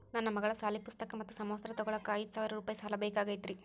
ನನ್ನ ಮಗಳ ಸಾಲಿ ಪುಸ್ತಕ್ ಮತ್ತ ಸಮವಸ್ತ್ರ ತೊಗೋಳಾಕ್ ಐದು ಸಾವಿರ ರೂಪಾಯಿ ಸಾಲ ಬೇಕಾಗೈತ್ರಿ